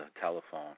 telephone